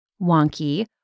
wonky